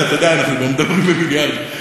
אתה יודע, אנחנו מדברים במיליארדים.